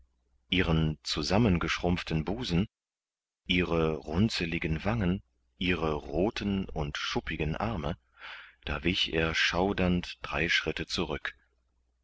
ihren zusammengeschrumpften busen ihre runzeligen wangen ihre rothen und schuppigen arme da wich er schaudernd drei schritte zurück